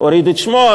הוריד את שמו,